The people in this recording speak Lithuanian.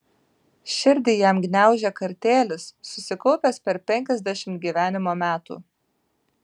širdį jam gniaužė kartėlis susikaupęs per penkiasdešimt gyvenimo metų